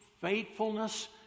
faithfulness